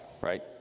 right